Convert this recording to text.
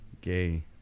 gay